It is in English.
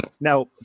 Now